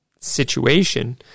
situation